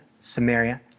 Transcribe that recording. Samaria